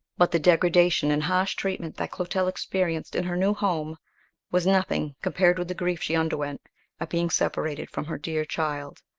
but the degradation and harsh treatment that clotel experienced in her new home was nothing compared with the grief she underwent at being separated from her dear child.